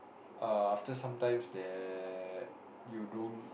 err after some times that you don't